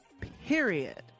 Period